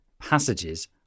passages